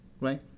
right